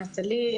אני נטלי.